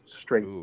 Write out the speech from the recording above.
Straight